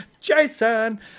Jason